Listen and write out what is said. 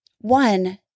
One